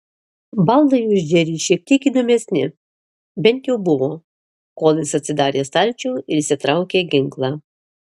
baldai už džerį šiek tiek įdomesni bent jau buvo kol jis atsidarė stalčių ir išsitraukė ginklą